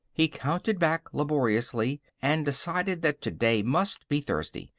he counted back laboriously and decided that today must be thursday.